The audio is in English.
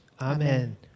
Amen